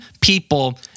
people